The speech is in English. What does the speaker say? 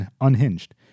unhinged